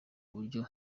uburyo